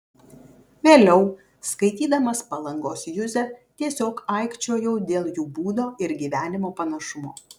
vėliau skaitydamas palangos juzę tiesiog aikčiojau dėl jų būdo ir gyvenimo panašumo